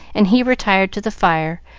and he retired to the fire,